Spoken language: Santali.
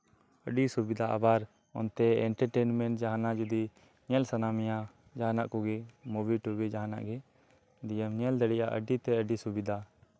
ᱟᱹᱰᱤ ᱥᱩᱵᱤᱫᱷᱟ ᱟᱵᱟᱨ ᱚᱱᱛᱮ ᱮᱱᱴᱟᱨ ᱴᱮᱴᱢᱮᱱᱴ ᱡᱟᱦᱟᱱᱟᱜ ᱡᱩᱫᱤ ᱧᱮᱞ ᱥᱟᱱᱟᱢᱮᱭᱟ ᱡᱟᱦᱟᱱᱟᱜ ᱠᱚᱜᱮ ᱢᱚᱵᱷᱤ ᱴᱚᱵᱷᱤ ᱡᱟᱦᱟᱱᱟᱜ ᱜᱤ ᱫᱤᱭᱮᱢ ᱧᱮᱞ ᱫᱟᱲᱤᱭᱟᱜ ᱟ ᱟᱹᱰᱤ ᱛᱮ ᱟᱹᱰᱤ ᱥᱩᱵᱤᱫᱷᱟ